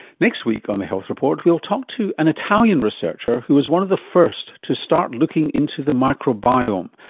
next week on the health report we'll talk to an italian researcher who was one of the first to start looking into the microbiome,